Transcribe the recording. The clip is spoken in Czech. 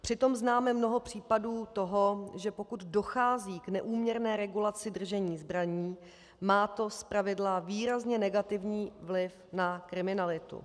Přitom známe mnoho případů toho, že pokud dochází k neúměrné regulaci držení zbraní, má to zpravidla výrazně negativní vliv na kriminalitu.